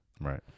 Right